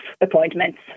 appointments